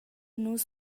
nus